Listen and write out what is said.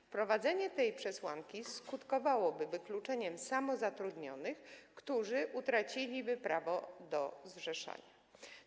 Wprowadzenie tej przesłanki skutkowałoby wykluczeniem samozatrudnionych, którzy utraciliby prawo do zrzeszania się.